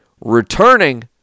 returning